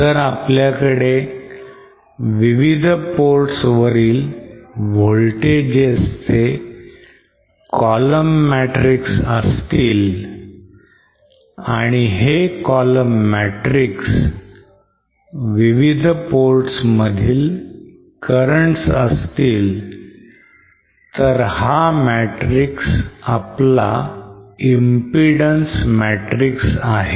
जर आपल्याकडे विविध ports वरील voltages चे column matrix असतील आणि हे column matrix विविध ports मधील currents असतील तर हा matrix आपला impedance matrix आहे